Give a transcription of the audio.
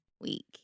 week